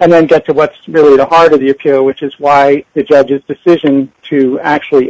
and then get to what's really the heart of the appeal which is why the judge's decision to actually